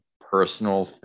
Personal